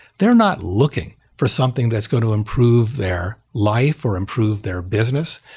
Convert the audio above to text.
they're not looking for something that's going to improve their life, or improve their business,